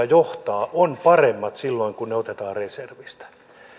johtaa joukkoja ovat paremmat kuin silloin kun ne otetaan reservistä